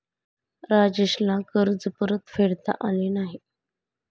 राजेशला कर्ज परतफेडता आले नाही